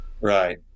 Right